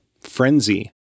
Frenzy